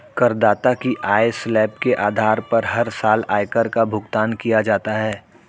करदाता की आय स्लैब के आधार पर हर साल आयकर का भुगतान किया जाता है